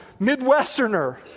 Midwesterner